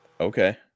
Okay